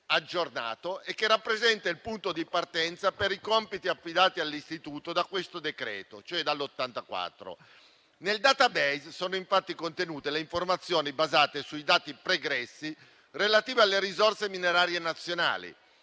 che rappresenta il punto di partenza per i compiti affidati all'Istituto dal decreto-legge n. 84. Nel *database* sono infatti contenute le informazioni basate sui dati pregressi relative alle risorse minerarie nazionali.